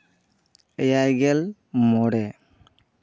ᱮᱭᱟᱭ ᱜᱮᱞ ᱢᱚᱬᱮ